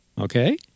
okay